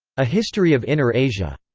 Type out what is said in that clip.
a history of inner asia.